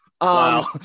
Wow